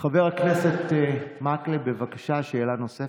חבר הכנסת מקלב, בבקשה, שאלה נוספת.